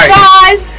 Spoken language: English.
guys